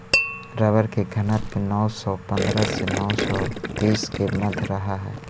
rubber के घनत्व नौ सौ पंद्रह से नौ सौ तीस के मध्य रहऽ हई